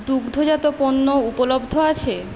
দুগ্ধজাত পণ্য উপলব্ধ আছে